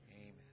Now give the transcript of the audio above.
Amen